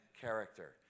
character